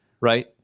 Right